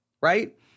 right